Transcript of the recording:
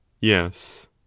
yes